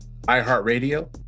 iHeartRadio